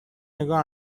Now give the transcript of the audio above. نگاه